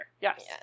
Yes